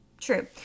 True